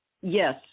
Yes